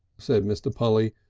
said mr. polly,